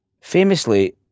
Famously